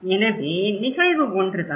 எனவே நிகழ்வு ஒன்றுதான்